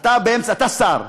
אתה שר,